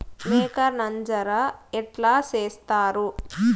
మేక నంజర ఎట్లా సేస్తారు?